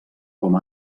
com